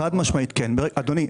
חד משמעית כן, אדוני.